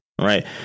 right